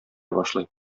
башлый